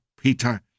Peter